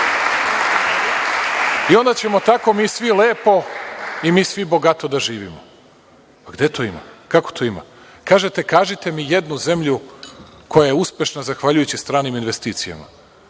a onda ćemo tako mi svi lepo i bogato da živimo. Gde to ima? Kako to ima? Kažete – kažite mi jednu zemlju koja je uspešna zahvaljujući stranim investicijama.